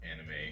anime